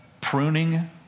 pruning